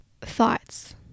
thoughts